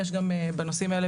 יש גם בנושאים האלה,